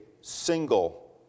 single